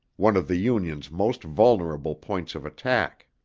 one of the union's most vulnerable points of attack.